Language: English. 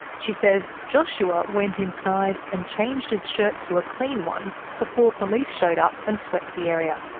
she says joshua went inside and changed his shirt to a clean one before police showed up and swept the area.